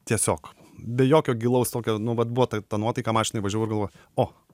tiesiog be jokio gilaus tokio nu vat buvo ta ta nuotaika mašinoj važiavau ir galvojau o